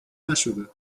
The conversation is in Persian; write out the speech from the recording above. نشده